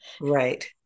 Right